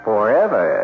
Forever